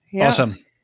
Awesome